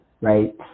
right